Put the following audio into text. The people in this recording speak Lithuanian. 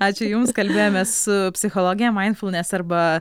ačiū jums kalbėjomės su psichologe maindfulnes arba